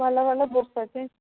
ଭଲ ଭଲ ବୁକସ୍ ଅଛି